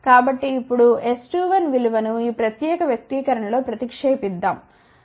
కాబట్టి ఇప్పుడుS21విలువను ఈ ప్రత్యేక వ్యక్తీకరణ లో ప్రతిక్షేపిద్దాం చేద్దాం